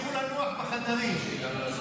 בושה שאתם מפילים הצעות חוק, תמשיכו לנוח בחדרים.